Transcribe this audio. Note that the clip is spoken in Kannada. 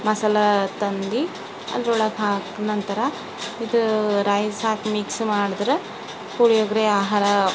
ಮಸಾಲೆ ತಂದು ಅದ್ರೊಳಗೆ ಹಾಕಿ ನಂತರ ಇದು ರೈಸ್ ಹಾಕಿ ಮಿಕ್ಸ್ ಮಾಡದ್ರೆ ಪುಳಿಯೋಗರೆ ಆಹಾರ